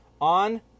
on